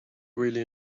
really